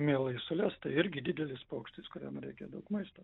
mielai sules tai irgi didelis paukštis kuriam reikia daug maisto